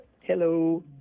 hello